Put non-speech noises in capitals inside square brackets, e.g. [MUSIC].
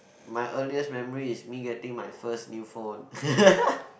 my earliest memory is me getting my first new phone [LAUGHS]